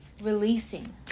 releasing